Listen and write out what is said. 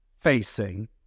facing